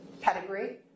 pedigree